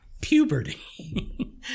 puberty